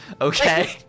Okay